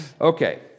Okay